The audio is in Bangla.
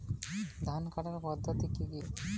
ধান কাটার পদ্ধতি কি কি?